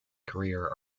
career